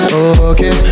okay